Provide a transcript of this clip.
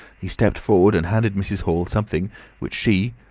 he stepped forward and handed mrs. hall something which she,